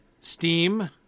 Steam